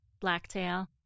Blacktail